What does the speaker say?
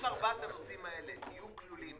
אם ארבעת הנושאים האלה יהיו כלולים